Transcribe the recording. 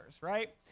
right